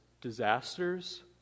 disasters